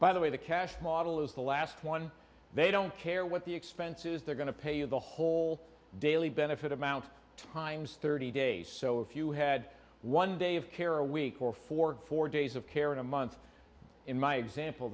by the way the cash model is the last one they don't care what the expense is they're going to pay you the whole daily benefit amount of times thirty days so if you had one day of care a week or for four days of care in a month in my example